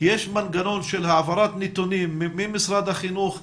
יש מנגנון של העברת נתונים ממשרד החינוך אליכם,